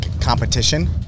competition